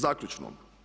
Zaključno.